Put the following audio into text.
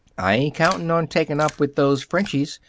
i ain't counting on taking up with those frenchies.